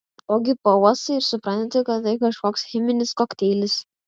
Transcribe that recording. ogi pauostai ir supranti kad tai kažkoks cheminis kokteilis